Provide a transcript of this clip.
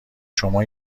شما